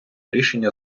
рішення